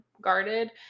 guarded